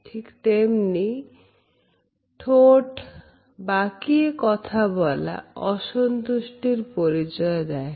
ঠিক তেমনি ভাবে ঠোট বাকি কথা বলা অসন্তুষ্টির পরিচয় দেয়